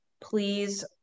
please